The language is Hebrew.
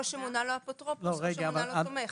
או שמונה לו אפוטרופוס או שמונה לו תומך.